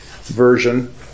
Version